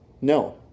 No